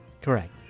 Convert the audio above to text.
Correct